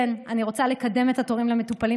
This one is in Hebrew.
אני רוצה לקדם את התורים למטופלים,